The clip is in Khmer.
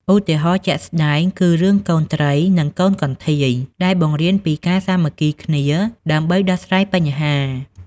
ឧទាហរណ៍ជាក់ស្ដែងគឺរឿង កូនត្រី និងកូនកន្ធាយ ដែលបង្រៀនពីការសាមគ្គីគ្នាដើម្បីដោះស្រាយបញ្ហា។